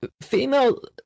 female